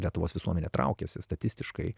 lietuvos visuomenė traukiasi statistiškai